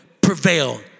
prevail